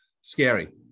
scary